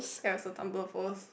here's a tumbler pose